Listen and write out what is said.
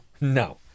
no